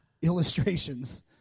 illustrations